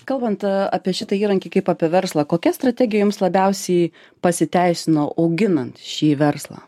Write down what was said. kalbant apie šitą įrankį kaip apie verslą kokia strategija jums labiausiai pasiteisino auginant šį verslą